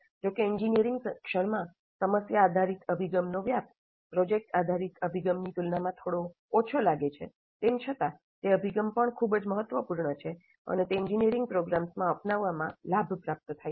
જો કે એન્જિનિયરિંગ શિક્ષણમાં સમસ્યા આધારિત અભિગમનો વ્યાપ પ્રોજેક્ટ આધારિત અભિગમની તુલનામાં થોડો ઓછો લાગે છે તેમ છતાં તે અભિગમ પણ ખૂબ જ મહત્વપૂર્ણ છે અને તે એન્જિનિયરિંગ પ્રોગ્રામ્સમાં અપનાવવામાં લાભ પ્રાપ્ત થાય છે